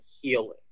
healing